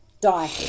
Die